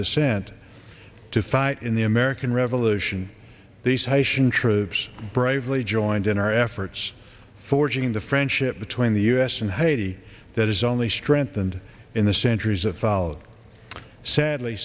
descent to fight in the american revolution these haitian troops bravely joined in our efforts forging the friendship between the u s and haiti that is only strengthened in the centuries of follow sadly